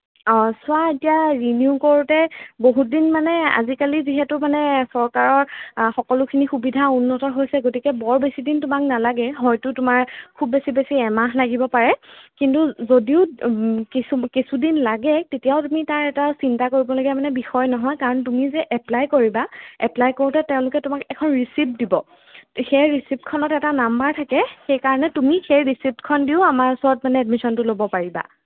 অঁ চোৱা এতিয়া ৰিনিউ কৰোঁতে বহুতদিন মানে আজিকালি যিহেতু মানে চৰকাৰৰ সকলোখিনি সুবিধা উন্নত হৈছে গতিকে বৰ বেছিদিন তোমাক নালাগে হয়টো তোমাৰ খুব বেছি বেছি এমাহ লাগিব পাৰে কিন্তু যদিও কিছু কিছুদিন লাগে তেতিয়াও তুমি তাৰ এটা চিন্তা কৰিবলগীয়া মানে বিষয় নহয় কাৰণ তুমিযে এপ্লাই কৰিবা এপ্লাই কৰোঁতে তেওঁলোকে তোমাক এখন ৰিচিপ্ট দিব সেই ৰিচিপ্টখনত এটা নাম্বাৰ থাকে সেইকাৰণে তুমি সেই ৰিচিপ্টখন দিওঁ আমাৰ ওচৰত মানে এডমিশ্যনটো ল'ব পাৰিবা